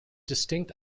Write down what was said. distinct